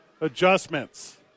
adjustments